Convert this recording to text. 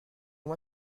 moi